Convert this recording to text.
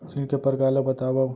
ऋण के परकार ल बतावव?